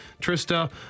Trista